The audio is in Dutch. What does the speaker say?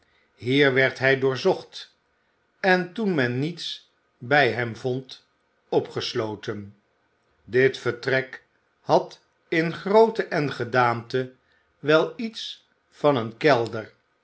hier werd hij doorzocht en toen men niets bij hem vond opgesloten dit vertrek had in grootte en gedaante wel iets van een kelder